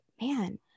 man